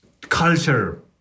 culture